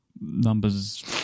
numbers